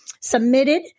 submitted